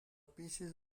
pieces